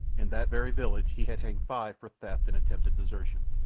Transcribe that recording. in that very village he had hanged five for theft and attempted desertion.